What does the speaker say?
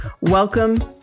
Welcome